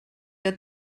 que